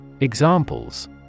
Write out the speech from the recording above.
Examples